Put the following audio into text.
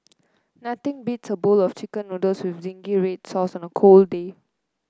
nothing beats a bowl of chicken noodles with zingy red sauce on a cold day